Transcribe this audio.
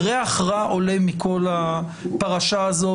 ריח רע עולה מכל הפרשה הזו,